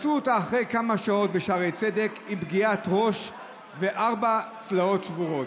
מצאו אותה אחרי כמה שעות בשערי צדק עם פגיעת ראש וארבע צלעות שבורות.